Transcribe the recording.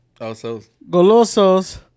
Golosos